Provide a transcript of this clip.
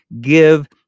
give